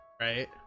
right